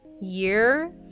year